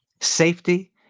safety